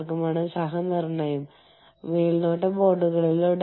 നിങ്ങൾക്ക് തന്ത്രപരമായ സഖ്യങ്ങൾ ഉണ്ടാകാം